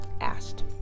Asked